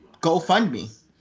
GoFundMe